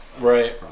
Right